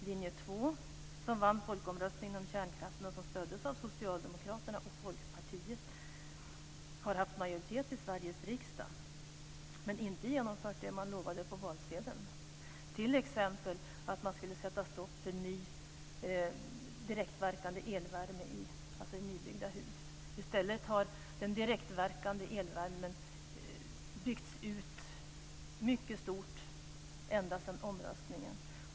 Linje 2, som vann folkomröstningen om kärnkraft och som stöddes av Socialdemokraterna och Folkpartiet, har haft majoritet i Sveriges riksdag, men har inte genomfört det man lovade på valsedeln, t.ex. att sätta stopp för direktverkande elvärme i nybyggda hus. I stället har den direktverkande elvärmen byggts ut i stor omfattning ända sedan omröstningen.